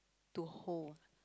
to hold